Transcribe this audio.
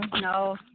no